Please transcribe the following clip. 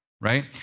right